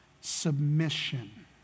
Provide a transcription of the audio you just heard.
submission